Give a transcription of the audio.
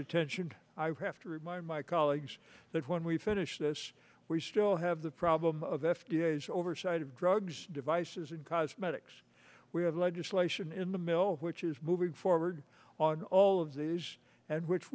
attention i have to remind my colleagues that when we finish this we still have the problem of f d a as oversight of drugs devices and cosmetics we have legislation in the mill which is moving forward on all of these and which